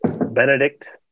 benedict